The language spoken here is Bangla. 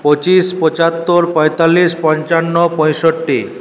পঁচিশ পঁচাত্তর পঁয়তাল্লিশ পঞ্চান্ন পঁয়ষট্টি